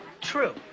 True